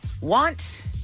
want